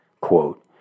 Quote